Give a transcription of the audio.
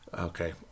okay